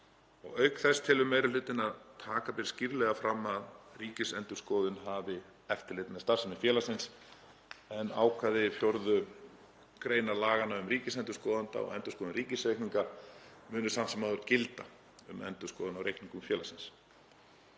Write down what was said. Auk þess telur meiri hlutinn að taka beri skýrlega fram að Ríkisendurskoðun hafi eftirlit með starfsemi félagsins, en ákvæði 4. gr. laga um ríkisendurskoðanda og endurskoðun ríkisreikninga munu samt sem áður gilda um endurskoðun á reikningum félagsins.